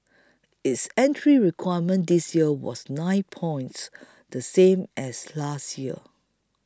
its entry requirement this year was nine points the same as last year